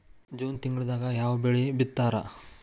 June ತಿಂಗಳದಾಗ ಯಾವ ಬೆಳಿ ಬಿತ್ತತಾರ?